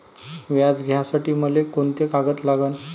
व्याज घ्यासाठी मले कोंते कागद लागन?